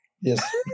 Yes